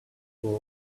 spoke